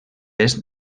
est